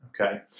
okay